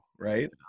Right